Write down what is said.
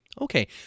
Okay